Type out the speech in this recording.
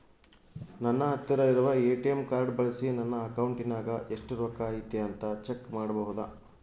ನನ್ನ ಹತ್ತಿರ ಇರುವ ಎ.ಟಿ.ಎಂ ಕಾರ್ಡ್ ಬಳಿಸಿ ನನ್ನ ಅಕೌಂಟಿನಾಗ ಎಷ್ಟು ರೊಕ್ಕ ಐತಿ ಅಂತಾ ಚೆಕ್ ಮಾಡಬಹುದಾ?